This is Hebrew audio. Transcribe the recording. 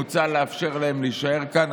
מוצע לאפשר להם להישאר כאן.